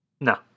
No